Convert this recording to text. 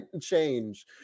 change